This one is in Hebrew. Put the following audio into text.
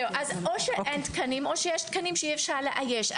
או שאין תקנים או שיש תקנים שאי אפשר לאייש.